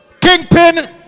Kingpin